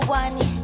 one